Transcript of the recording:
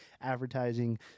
advertising